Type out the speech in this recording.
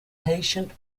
patient